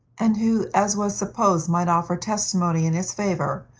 and who, as was supposed, might offer testimony in his favor,